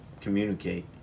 communicate